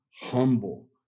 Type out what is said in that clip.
humble